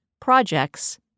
projects